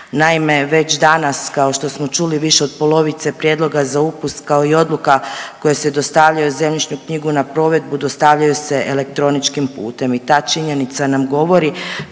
Naime, već danas kao što smo već čuli više od polovice prijedloga za upis kao i odluka koje se dostavljaju u zemljišnu knjigu na provedbu dostavljaju se elektroničkim putem i ta činjenica nam govori